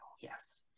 Yes